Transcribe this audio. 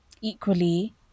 equally